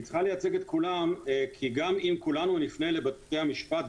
היא צריכה לייצג את כולם כי גם אם כולנו נפנה לבתי המשפט,